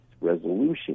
resolution